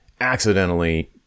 accidentally